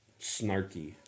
Snarky